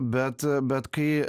bet bet kai